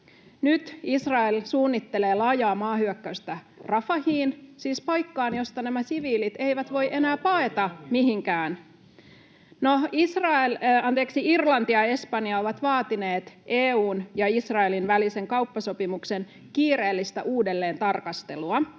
Israel suunnittelee laajaa maahyökkäystä Rafahiin, siis paikkaan, josta nämä siviilit eivät voi enää paeta mihinkään. [Vilhelm Junnila: Kuka vapauttaisi vangit?] No, Irlanti ja Espanja ovat vaatineet EU:n ja Israelin välisen kauppasopimuksen kiireellistä uudelleentarkastelua